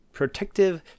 Protective